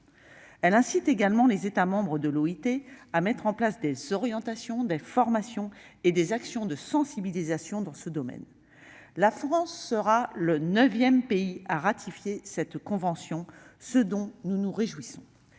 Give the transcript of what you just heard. Elle incite également les États membres de l'OIT à mettre en place des orientations, des formations et des actions de sensibilisation dans ce domaine. La France sera le neuvième pays à ratifier cette convention, ce dont nous nous réjouissons.